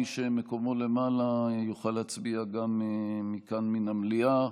מי שמקומו למעלה יוכל להצביע גם מכאן, מהמליאה.